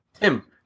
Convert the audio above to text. Tim